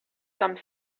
some